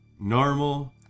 normal